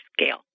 scale